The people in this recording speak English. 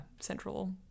central